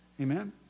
amen